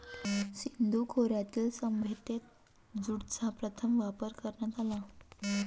सिंधू खोऱ्यातील सभ्यतेत ज्यूटचा प्रथम वापर करण्यात आला